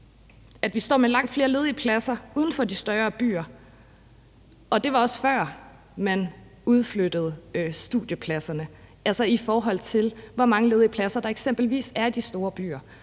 at vi står med langt flere ledige pladser uden for de større byer. Det var også tilfældet, før man begyndte at udflytte studiepladser, altså i forhold til hvor mange ledige pladser, der eksempelvis er i de store byer.